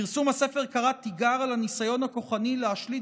פרסום הספר קרא תיגר על הניסיון הכוחני להשליט